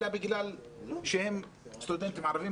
אלא בגלל שהם סטודנטים ערבים,